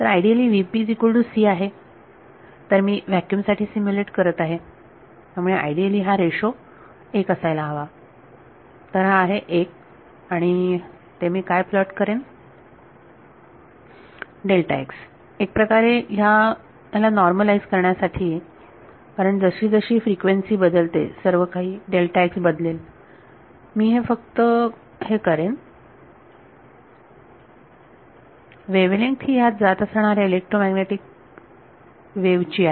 तर आयडीअली आहे मी फक्त व्हॅक्युम साठी सिम्युलेट करत आहे त्यामुळे आयडिअली हा रेशो 1 असायला हवा तर हा आहे 1 आणि ते मी काय प्लॉट करेन तर एक प्रकारे ह्या ला नॉर्मलाईझ करण्यासाठी कारण जशी जशी फ्रिक्वेन्सी बदलते सर्वकाही बदलेल मी फक्त हे करेन वेव्हलेंगथ ही ह्या जात असणाऱ्या इलेक्ट्रोमॅग्नेटिक वेव्ह ची आहे